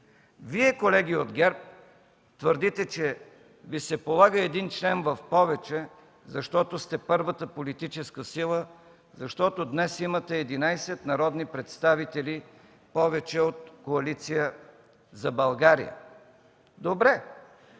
Вие, колеги от ГЕРБ, твърдите, че Ви се полага един член в повече, защото сте първата политическа сила, защото днес имате 11 народни представители повече от Коалиция за България. Добре,